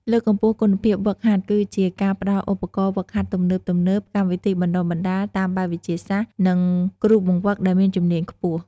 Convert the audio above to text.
លើកកម្ពស់គុណភាពហ្វឹកហាត់គឺជាការផ្តល់ឧបករណ៍ហ្វឹកហាត់ទំនើបៗ កម្មវិធីបណ្តុះបណ្តាលតាមបែបវិទ្យាសាស្ត្រ និងគ្រូបង្វឹកដែលមានជំនាញខ្ពស់។